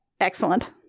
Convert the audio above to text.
Excellent